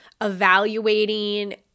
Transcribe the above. evaluating